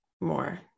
more